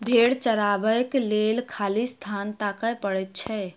भेंड़ चरयबाक लेल खाली स्थान ताकय पड़ैत छै